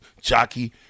jockey